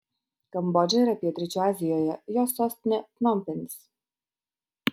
kambodža yra pietryčių azijoje jos sostinė pnompenis